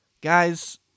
Guys